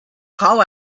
call